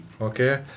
okay